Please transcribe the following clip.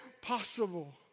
possible